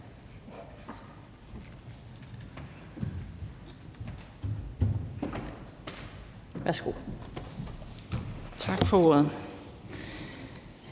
her. Tak for ordet.